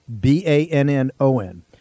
B-A-N-N-O-N